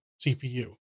CPU